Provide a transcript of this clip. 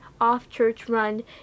off-church-run